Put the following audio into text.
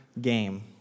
game